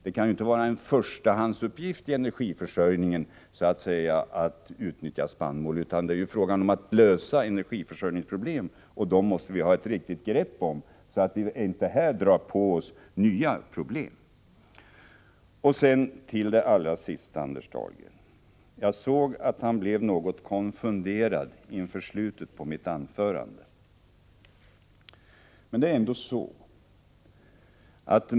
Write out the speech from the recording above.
Det kan ju inte vara en förstahandsuppgift i fråga om energiförsörjningen att utnyttja spannmål, utan det är fråga om att lösa energiförsörjningsproblem. Dessa måste vi ha ett riktigt grepp om, så att vi inte i det här sammanhanget drar på oss nya problem. Allra sist: Jag såg att Anders Dahlgren blev något konfunderad vid slutet av mitt anförande.